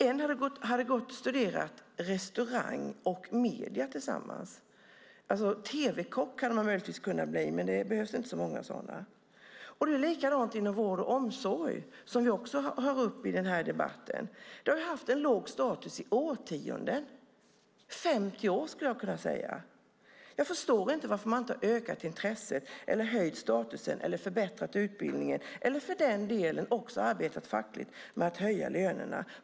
En hade studerat restaurang och medier tillsammans. Tv-kock hade man möjligtvis kunnat bli, men det behövs inte så många sådana. Det är likadant inom vård och omsorg, som också är uppe i debatten. De yrkena har haft låg status i årtionden - i 50 år, skulle jag kunna säga. Jag förstår inte varför man inte har ökat intresset, höjt statusen, förbättrat utbildningen eller för den delen också arbetat fackligt med att höja lönerna.